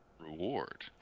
Reward